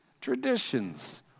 traditions